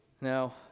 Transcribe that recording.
Now